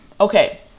Okay